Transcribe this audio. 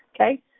Okay